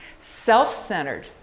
self-centered